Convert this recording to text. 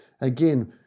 Again